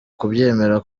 kubyemera